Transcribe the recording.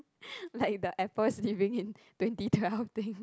like the Apple is living in twenty twelve thing